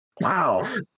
Wow